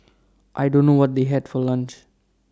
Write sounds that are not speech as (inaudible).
(noise) I don't know what they had for lunch